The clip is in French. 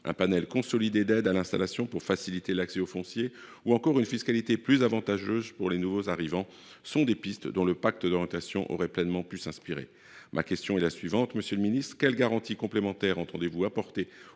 un panel consolidé d’aides à l’installation tendant à faciliter l’accès au foncier ou encore une fiscalité plus avantageuse pour les nouveaux arrivants sont des pistes dont le pacte d’orientation aurait pu s’inspirer. Ma question est donc la suivante, monsieur le ministre : quelles garanties complémentaires entendez vous apporter